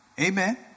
amen